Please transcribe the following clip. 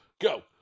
Go